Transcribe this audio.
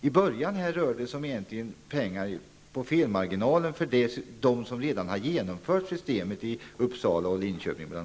I början rör det sig egentligen om pengar inom felmarginalen för de kommuner som redan har genomfört detta system, bl.a. Uppsala och Linköping.